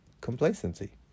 Complacency